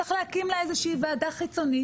צריך להקים לה איזה שהיא ועדה חיצונית.